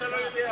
אתה לא יודע.